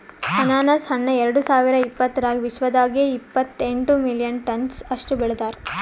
ಅನಾನಸ್ ಹಣ್ಣ ಎರಡು ಸಾವಿರ ಇಪ್ಪತ್ತರಾಗ ವಿಶ್ವದಾಗೆ ಇಪ್ಪತ್ತೆಂಟು ಮಿಲಿಯನ್ ಟನ್ಸ್ ಅಷ್ಟು ಬೆಳದಾರ್